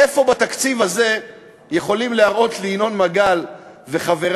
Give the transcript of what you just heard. איפה בתקציב הזה יכולים להראות לי ינון מגל וחבריו,